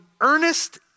earnest